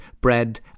bread